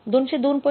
आपल्याला 202